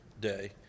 day